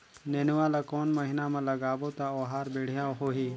नेनुआ ला कोन महीना मा लगाबो ता ओहार बेडिया होही?